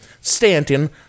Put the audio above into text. Stanton